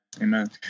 Amen